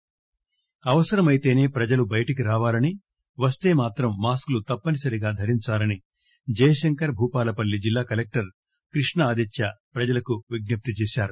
L Jayashankar Bhupalpally అవసరమైతేనే ప్రజలు బయటికి రావాలని వస్తే మాత్రం మాస్కులు తప్పనిసరిగా ధరించాలని జయశంకర్ భూపాలపల్లి జిల్లా కలెక్టర్ కృష్ణ ఆదిత్య ప్రజలకు విజ్సప్తి చేశారు